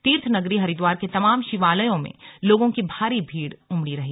तीर्थनगरी हरिद्वार के तमाम शिवालयों में लोगों की भारी भीड़ रही